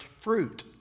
fruit